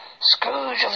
Scrooge